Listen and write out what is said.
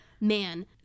man